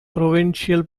provincial